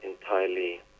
entirely